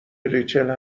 ریچل